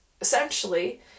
essentially